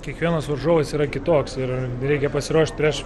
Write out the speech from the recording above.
kiekvienas varžovas yra kitoks ir reikia pasiruošt prieš